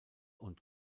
und